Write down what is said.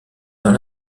dans